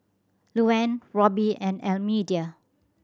Luanne Robby and Almedia